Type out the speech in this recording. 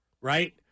right